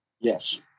Yes